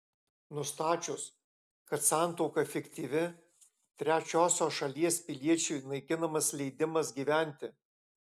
nustačius kad santuoka fiktyvi trečiosios šalies piliečiui naikinamas leidimas gyventi